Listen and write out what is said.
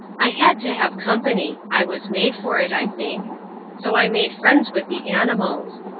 i had to have company i was made for it, i think so i made friends with the animals.